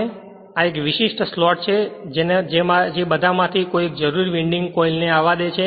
અને આ એક વિશિષ્ટ સ્લોટ છે જેને બધા માથી કોઈ એક જરૂરી વિન્ડિંગ કોઇલ ને આવવા દે છે